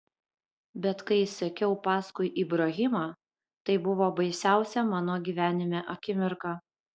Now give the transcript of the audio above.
bet kai sekiau paskui ibrahimą tai buvo baisiausia mano gyvenime akimirka